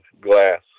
glass